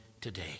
today